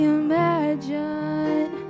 imagine